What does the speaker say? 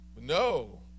No